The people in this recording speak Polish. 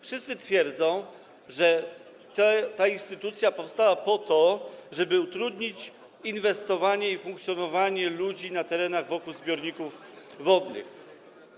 Wszyscy twierdzą, że ta instytucja powstała po to, żeby utrudnić inwestowanie i funkcjonowanie ludzi na terenach wokół zbiorników wodnych.